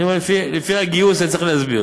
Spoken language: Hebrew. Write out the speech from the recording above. אני אומר, לפי הגיוס אני צריך להסביר.